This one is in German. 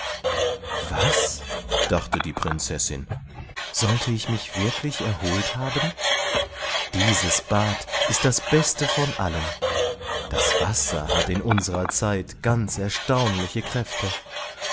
was dachte die prinzessin sollte ich mich wirklich erholt haben dieses bad ist das beste von allen das wasser hat in unserer zeit ganz erstaunliche kräfte